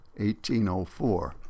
1804